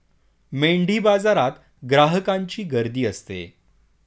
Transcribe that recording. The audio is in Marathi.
मेंढीबाजारात ग्राहकांची गर्दी असते